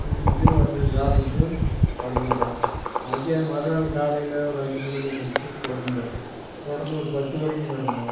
ஊற்றிக்கிட்டு வந்து சாப்பிட்டு படுத்துக்கிட்டோம் மக்க மறுநாள் காலையில் ஒரு அஞ்சு மணிக்கு எழுந்திருச்சு தொடர்ந்தோம் தொடர்ந்து ஒரு பத்து வரைக்கும் நடந்தோம்